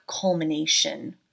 culmination